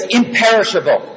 imperishable